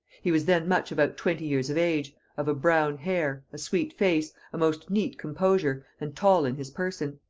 he was then much about twenty years of age, of a brown hair, a sweet face, a most neat composure, and tall in his person.